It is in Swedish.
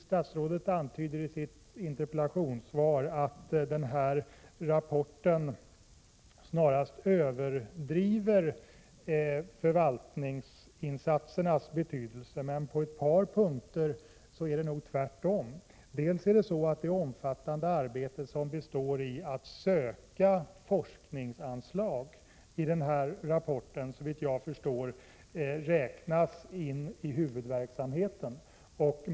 Statsrådet anser i sitt interpellationssvar att man i den här rapporten snarast överdriver förvaltningsinsatsernas betydelse. Men på ett par punkter är det nog tvärtom. För det första: Såvitt jag förstår räknas det omfattande arbete som består i att söka forskningsanslag in i huvudverksamheten enligt denna rapport.